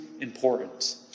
important